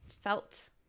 felt